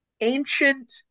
ancient